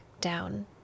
down